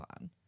on